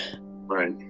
right